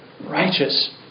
righteous